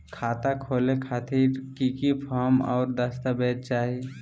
खाता खोले खातिर की की फॉर्म और दस्तावेज चाही?